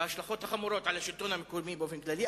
וההשלכות החמורות על השלטון המקומי באופן כללי,